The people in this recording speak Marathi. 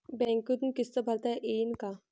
बँकेतून किस्त भरता येईन का?